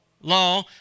law